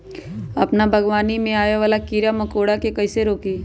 अपना बागवानी में आबे वाला किरा मकोरा के कईसे रोकी?